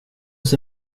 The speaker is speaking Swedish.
oss